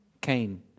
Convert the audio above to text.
Cain